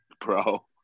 bro